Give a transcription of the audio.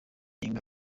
anenga